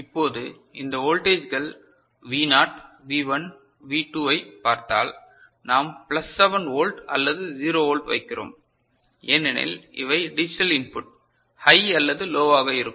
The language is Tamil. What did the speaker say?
இப்போது இந்த வோல்டேஜ்கள் வி நாட் வி1 வி2 ஐப் பார்த்தால் நாம் பிளஸ் 7 வோல்ட் அல்லது 0 வோல்ட் வைக்கிறோம் ஏனெனில் இவை டிஜிட்டல் இன்புட் ஹை அல்லது லோ வாக இருக்கும்